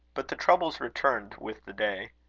but the troubles returned with the day.